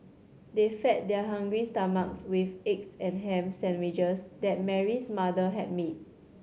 they fed their hungry stomachs with eggs and ham sandwiches that Mary's mother had made